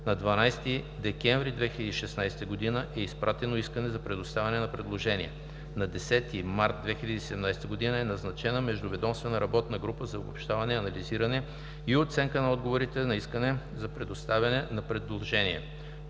на 12 декември 2016 г. е изпратено Искане за предоставяне на предложения; - на 10 март 2017 г. е назначена междуведомствена работна група за обобщаване, анализиране и оценка на отговорите на Искане за предоставяне на предложение;